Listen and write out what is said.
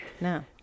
No